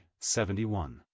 71